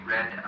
Red